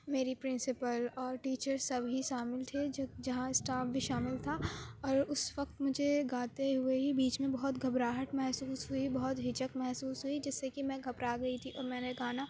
میری پرنسپل اور ٹیچرس سبھی شامل تھے جہاں اسٹاف بھی شامل تھا اور اُس وقت مجھے گاتے ہوئے ہی بیچ میں بہت گھبراہٹ محسوس ہوئی بہت ہچک محسوس ہوئی جس سے کہ میں گھبرا گئی تھی اور میں نے گانا